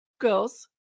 girls